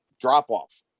drop-off